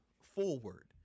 forward